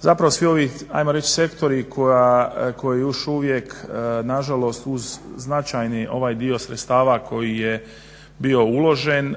zapravo svi ovi ajmo reći sektori koji još uvijek nažalost uz značajni dio sredstava koji je bio uložen